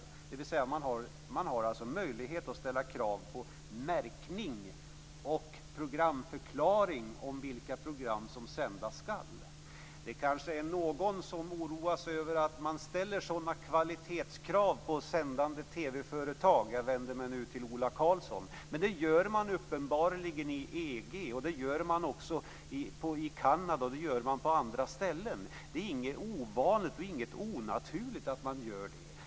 Man har alltså möjlighet att ställa krav på märkning och programförklaring om vilka program som sändas skall. Någon kanske oroar sig över att man ställer sådana kvalitetskrav på sändande TV-företag - jag vänder mig nu till Ola Karlsson. Det gör man uppenbarligen i EU och även i Kanada och på andra ställen. Det är inget ovanligt eller onaturligt.